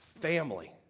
family